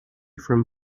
from